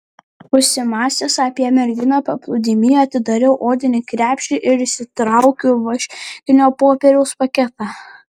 užsimąstęs apie merginą paplūdimy atidarau odinį krepšį ir išsitraukiu vaškinio popieriaus paketą